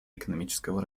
экономического